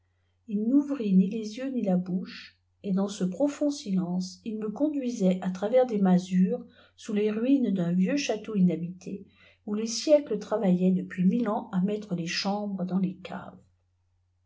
il n'ouvrit ni les yeux ni la bouche et dans ce profond silonce il me conduisait a travers des masures sous les ruines d'un vieux château inhabité où les siècles iravaillaient depuis mille ans à mettre les chambres dans les caves